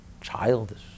childish